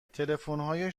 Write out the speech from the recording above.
تلفنهای